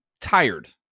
tired